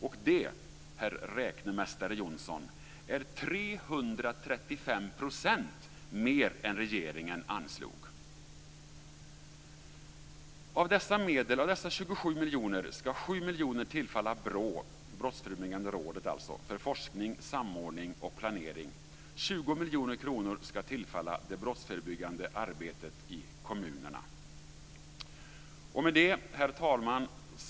Och det, herr räknemästare Johnsson, är 335 % mer än vad regeringen anslog. Av dessa 27 miljoner ska 7 miljoner tillfalla BRÅ, Brottsförebyggande rådet, för forskning, samordning och planering. 20 miljoner kronor ska tillfalla det brottsförebyggande arbetet i kommunerna. Herr talman!